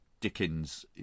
Dickens